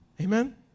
Amen